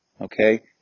okay